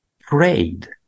prayed